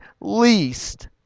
least